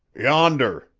yonder,